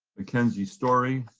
mackenzie story,